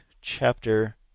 chapter